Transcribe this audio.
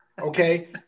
Okay